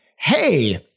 hey